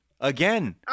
Again